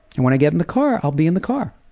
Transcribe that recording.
and when i get in the car, i'll be in the car.